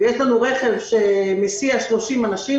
ויש לנו רכב שמסיע 30 אנשים,